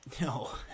No